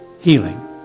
healing